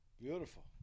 Beautiful